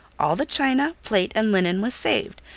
all the china, plate, and linen was saved,